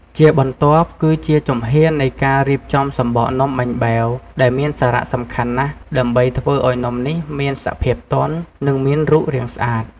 ជាបន្ទាប់ គឺជាជំហាននៃការរៀបចំសំបកនំបាញ់បែវ ដែលមានសារៈសំខាន់ណាស់ ដើម្បីធ្វើឱ្យនំនេះមានសភាពទន់ និងមានរូបរាងស្អាត។